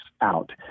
out